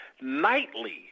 nightly